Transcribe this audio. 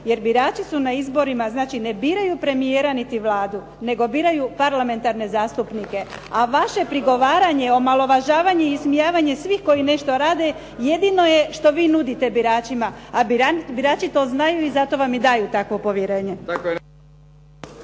jer birači su na izborima, znači ne biraju premijera niti Vladu, nego biraju parlamentarne zastupnike. A vaše prigovaranje i omalovažavanje svih koji nešto rade, jedino je što vi nudite biračima, a birači to znaju i zato vam i daju to povjerenje.